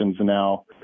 now